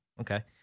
Okay